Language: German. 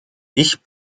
ich